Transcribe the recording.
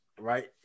right